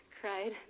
cried